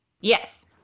Yes